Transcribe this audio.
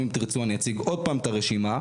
אם תירצו אני אציג עוד פעם את הרשימה,